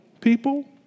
people